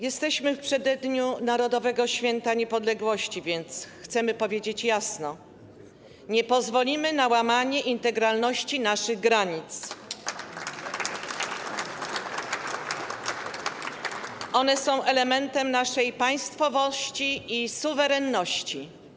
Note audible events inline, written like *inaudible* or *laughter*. Jesteśmy w przededniu Narodowego Święta Niepodległości, więc chcemy powiedzieć jasno: Nie pozwolimy na łamanie integralności naszych granic, *applause* one są elementem naszej państwowości i suwerenności.